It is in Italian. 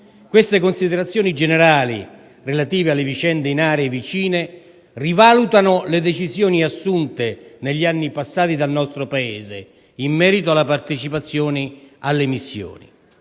Queste considerazioni generali relative alle vicende in aree vicine rivalutano le decisioni assunte negli anni passati dal nostro Paese in merito alla partecipazione alle missioni